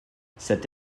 cette